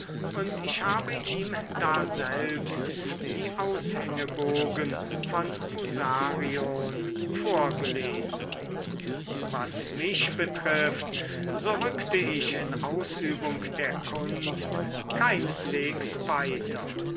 und ich habe ihm daselbst die aushängebogen von musarion vorgelesen was mich betraf so rückte ich in ausübung der kunst keineswegs weiter